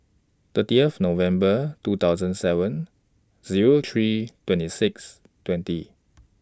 thirtieth November two thousand seven Zero three twenty six twenty